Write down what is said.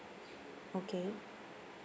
okay